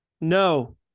No